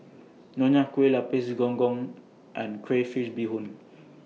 Nonya Kueh Lapis Gong Gong and Crayfish Beehoon